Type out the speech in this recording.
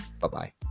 Bye-bye